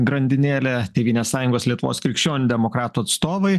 grandinėlė tėvynės sąjungos lietuvos krikščionių demokratų atstovai